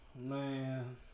man